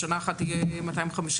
שנה אחת יהיה 250,